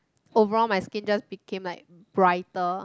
overall my skin just became like brighter